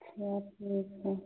अच्छा ठीक है